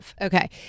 Okay